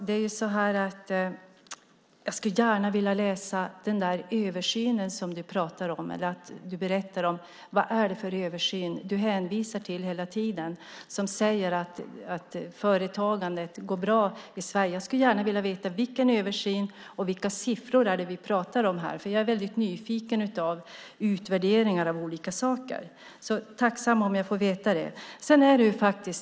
Fru talman! Jag skulle gärna vilja läsa den där översynen som du berättar om, Mikael Oscarsson. Vad är det för översyn du hänvisar till hela tiden som säger att företagandet går bra i Sverige? Jag skulle gärna vilja veta vilken översyn det är och vilka siffror ni pratar om. Jag är väldigt nyfiken på utvärderingar av olika saker. Jag är tacksam om jag får veta det.